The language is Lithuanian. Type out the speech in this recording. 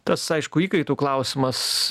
tas aišku įkaitų klausimas